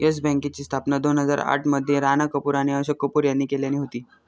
yes बँकेची स्थापना दोन हजार आठ मध्ये राणा कपूर आणि अशोक कपूर यांनी केल्यानी होती